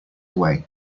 way